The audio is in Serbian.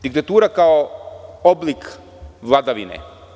Diktatura kao oblik vladavine…